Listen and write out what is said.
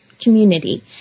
community